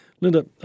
Linda